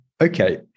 okay